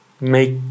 make